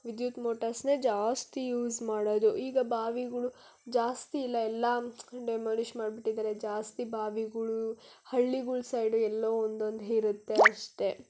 ವಿದ್ಯುತ್ ಮೋಟರ್ಸನ್ನೇ ಜಾಸ್ತಿ ಯೂಸ್ ಮಾಡೋದು ಈಗ ಬಾವಿಗಳು ಜಾಸ್ತಿ ಇಲ್ಲ ಎಲ್ಲ ಡೆಮೋಲಿಶ್ ಮಾಡ್ಬಿಟ್ಟಿದ್ದಾರೆ ಜಾಸ್ತಿ ಬಾವಿಗಳು ಹಳ್ಳಿಗಳ ಸೈಡು ಎಲ್ಲೋ ಒಂದೊಂದು ಇರುತ್ತೆ ಅಷ್ಟೆ